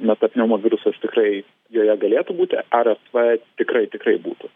metapneumovirusas tikrai joje galėtų būti rsv tikrai tikrai būtų